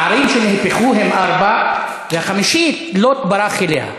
הערים שנהפכו הן ארבע, והחמישית, לוט ברח אליה.